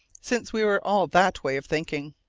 since we were all of that way of thinking.